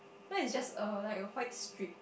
mine is just a like a white strip